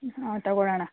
ಹಾಂ ತಗೊಳ್ಳೋಣ